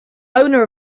owner